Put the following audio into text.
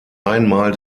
einmal